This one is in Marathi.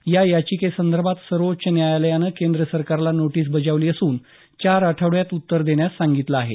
या याचिकेसंदर्भात सर्वोच्च न्यायालयानं केंद्र सरकारला नोटीस बजावली असून चार आठवड्यात उत्तर देण्यास सांगितलं आहे